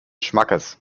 schmackes